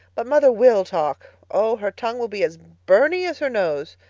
but mother will talk. oh, her tongue will be as byrney as her nose.